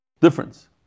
difference